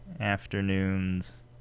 afternoons